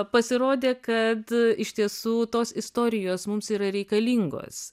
pasirodė kad iš tiesų tos istorijos mums yra reikalingos